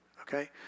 Okay